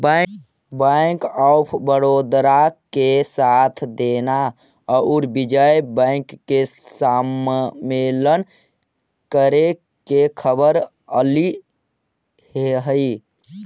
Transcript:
bank of Baroda के साथ देना औउर विजय बैंक के समामेलन करे के खबर अले हई